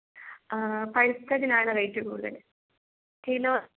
പഴുത്തതിനു ആണ് റേറ്റ് കൂടുതൽ